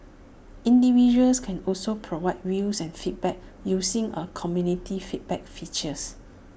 individuals can also provide views and feedback using A community feedback features